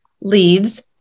leads